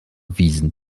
wiesen